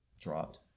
dropped